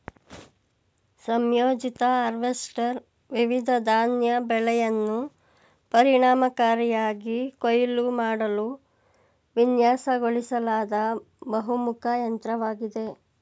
ಸಂಯೋಜಿತ ಹಾರ್ವೆಸ್ಟರ್ ವಿವಿಧ ಧಾನ್ಯ ಬೆಳೆಯನ್ನು ಪರಿಣಾಮಕಾರಿಯಾಗಿ ಕೊಯ್ಲು ಮಾಡಲು ವಿನ್ಯಾಸಗೊಳಿಸಲಾದ ಬಹುಮುಖ ಯಂತ್ರವಾಗಿದೆ